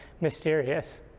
mysterious